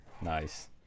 Nice